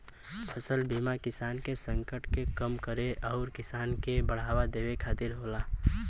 फसल बीमा किसान के संकट के कम करे आउर किसान के बढ़ावा देवे खातिर होला